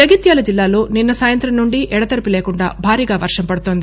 జగిత్యాల జిల్లాలో నిన్స సాయంత్రం నుండి ఎడతెరిపి లేకుండా భారీగా వర్షం పడుతోంది